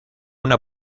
una